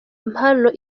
impano